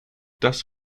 das